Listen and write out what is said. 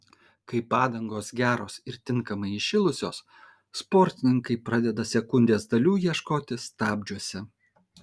kai padangos geros ir tinkamai įšilusios sportininkai pradeda sekundės dalių ieškoti stabdžiuose